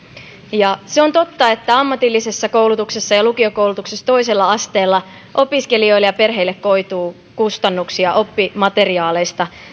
se on totta että ammatillisessa koulutuksessa ja lukiokoulutuksessa toisella asteella opiskelijoille ja perheille koituu kustannuksia oppimateriaaleista